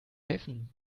helfen